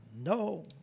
no